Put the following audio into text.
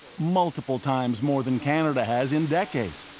multiple times more than canada has in decades.